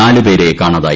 നാലു പേരെ കാണാതായി